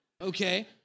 okay